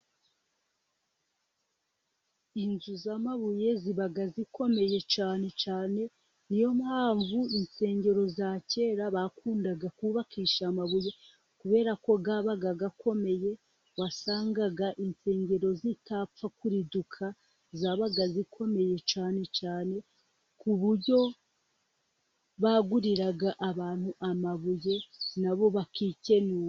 Inzu z'amabuye ziba zikomeye cyane cyane, ni yo mpamvu insengero za kera bakundaga kubakisha amabuye, kubera ko yabaga akomeye, wasangaga insengero zitapfa kuriduka zabaga zikomeye cyane, cyane ku buryo baguriraga abantu amabuye na bo bakikenura.